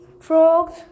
frogs